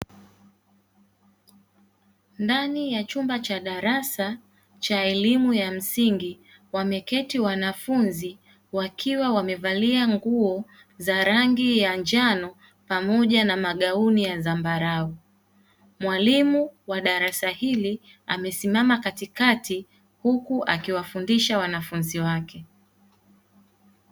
Ndani ya chumba cha darasa cha elimu ya msingi wameketi wanafunzi wakiwa wamevalia nguo za rangi ya njano pamoja na magauni ya zambarau. Mwalimu wa darasa hili amesimama katikati huku akiwafundisha wanafunzi wake.